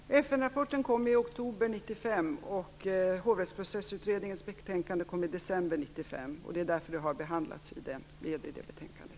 Fru talman! FN-rapporten kom i oktober 1995. Hovrättsprocessutredningens betänkande kom i december 1995. Det är därför rapporten har behandlats och är med i betänkandet.